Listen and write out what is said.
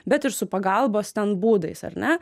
bet ir su pagalbos ten būdais ar ne